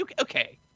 okay